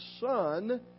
Son